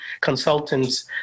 consultants